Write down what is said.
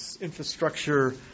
infrastructure